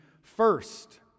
first